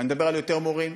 אני מדבר על יותר מורים,